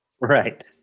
Right